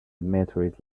meteorite